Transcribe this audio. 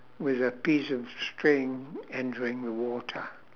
with a piece of string entering the water